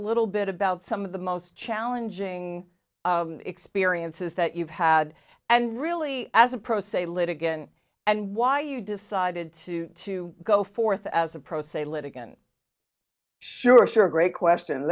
little bit about some of the most challenging experiences that you've had and really as a pro se litigant and why you decided to to go forth as a pro se litigant sure sure great question